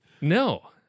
No